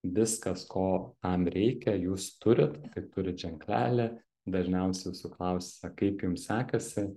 viskas ko tam reikia jūs turit tai turit ženklelį dažniausiai jūsų klausia kaip jum sekasi